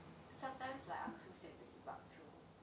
sometimes like I'm too sian to debug too